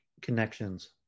connections